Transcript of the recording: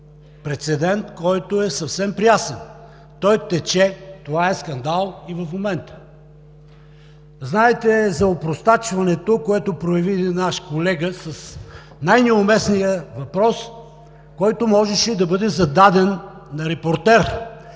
прецедент, който е съвсем пресен, той тече, това е скандал и в момента. Знаете за опростачването, което прояви един наш колега с най-неуместния въпрос, който можеше да бъде зададен на репортер.